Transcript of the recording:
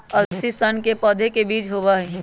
अलसी सन के पौधे के बीज होबा हई